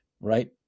right